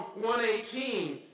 118